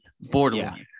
Borderline